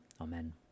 amen